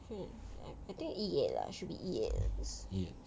hmm I think E eight ah should be E eight